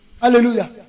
hallelujah